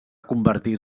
convertir